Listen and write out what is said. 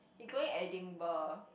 he going Edinburgh